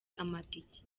amatike